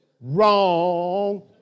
wrong